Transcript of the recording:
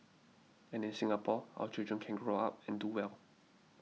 and in Singapore our children can grow up and do well